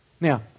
Now